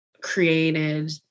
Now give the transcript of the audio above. created